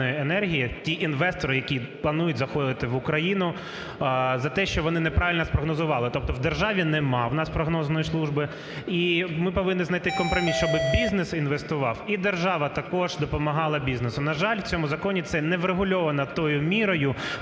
ті інвестори, які планують заходити в Україну за те, що вони неправильно з прогнозували. Тобто в державі немає у нас прогнозної служби. І ми повинні знайти компроміс, щоб бізнес інвестував і держава також допомагала бізнесу. На жаль, у цьому законі це не врегульовано тою мірою